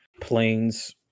planes